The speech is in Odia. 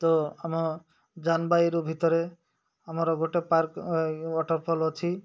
ତ ଆମ ଯାନବାଇରୁ ଭିତରେ ଆମର ଗୋଟେ ପାର୍କ ୱାଟର୍ଫଲ୍ ଅଛି